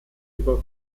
über